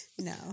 No